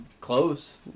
close